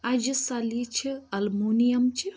اَجہِ سَلیہِ چھِ اَلمونِیَم چہ